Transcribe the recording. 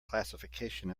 classification